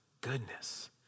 goodness